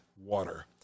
water